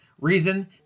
reason